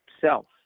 self